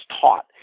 taught